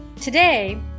today